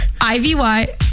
Ivy